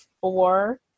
four